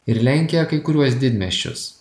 ir lenkia kai kuriuos didmiesčius